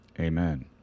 Amen